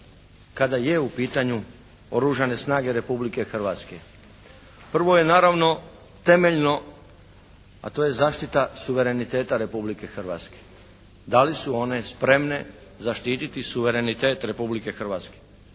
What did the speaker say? kada je u pitanju oružane snage Republike Hrvatske. Prvo je naravno temeljno, a to je zaštita suvereniteta Republike Hrvatske. Da li su one spremne zaštititi suverenitet Republike Hrvatske?